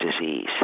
disease